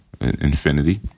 infinity